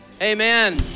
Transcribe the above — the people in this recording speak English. amen